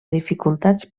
dificultats